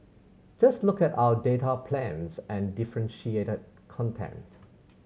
just look at our data plans and differentiated content